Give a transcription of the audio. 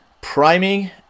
priming